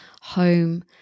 home